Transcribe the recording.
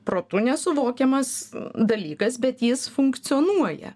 protu nesuvokiamas dalykas bet jis funkcionuoja